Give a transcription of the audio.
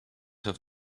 have